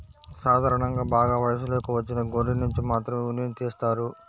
సాధారణంగా బాగా వయసులోకి వచ్చిన గొర్రెనుంచి మాత్రమే ఉన్నిని తీస్తారు